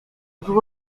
było